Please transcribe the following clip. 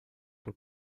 por